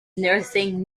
nursing